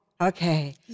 okay